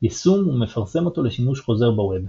יישום ומפרסם אותו לשימוש חוזר בווב.